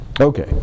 Okay